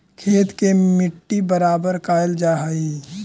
खेत के मट्टी बराबर कयल जा हई